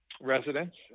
residents